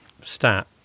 stat